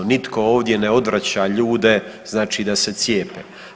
Nitko ovdje ne odvraća ljude, znači da se cijepe.